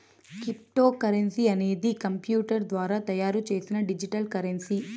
cryptocurrency అనేది computer ద్వారా తయారు చేసిన డిజిటల్ కరెన్సీ